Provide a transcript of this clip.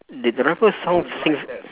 did the rapper song sing